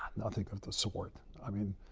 nothing of the sort. i mean,